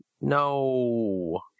No